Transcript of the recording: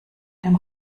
dem